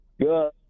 Good